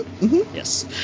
Yes